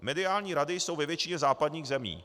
Mediální rady jsou ve většině západních zemí.